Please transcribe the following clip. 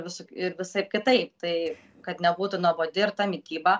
visur ir visaip kitaip tai kad nebūtų nuobodi ir mityba